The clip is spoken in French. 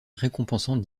récompensant